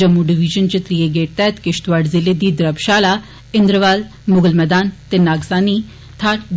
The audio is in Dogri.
जम्मू डिविजन च त्रिए गैड तैहत किश्तवाड जिले दी दुबशाला इन्द्रवाल मुगल मैदान ते नागसानी